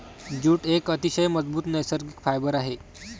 jute एक अतिशय मजबूत नैसर्गिक फायबर आहे